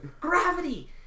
Gravity